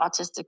autistic